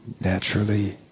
naturally